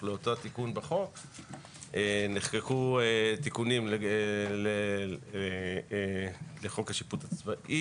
לאותו תיקון בחוק נחקקו תיקונים לחוק השיפוט הצבאי